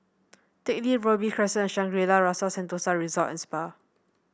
Teck Lee Robey Crescent and Shangri La's Rasa Sentosa Resort and Spa